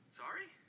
sorry